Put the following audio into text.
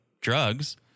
drugs